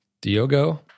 Diogo